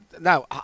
Now